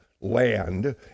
land